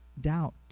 doubt